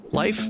Life